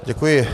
Děkuji.